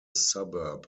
suburb